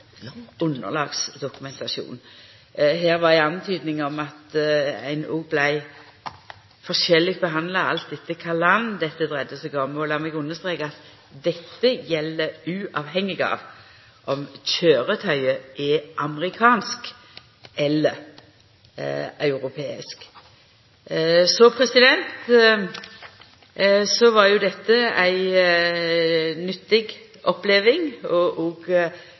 Her var ei antydning om at ein òg vart forskjellig behandla, alt etter kva land dette dreidde seg om. Lat meg understreka: Dette gjeld uavhengig av om køyretøyet er amerikansk eller europeisk. Så var det jo ei nyttig oppleving å gå inn i fleire detaljar når det galdt køyretøy og